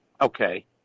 Okay